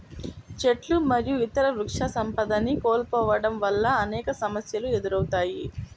చెట్లు మరియు ఇతర వృక్షసంపదని కోల్పోవడం వల్ల అనేక సమస్యలు ఎదురవుతాయి